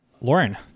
Lauren